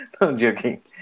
joking